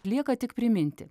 lieka tik priminti